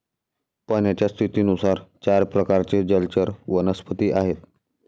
पाण्याच्या स्थितीनुसार चार प्रकारचे जलचर वनस्पती आहेत